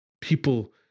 people